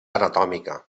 anatòmica